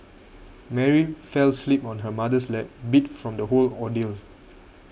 Mary fell asleep on her mother's lap beat from the whole ordeal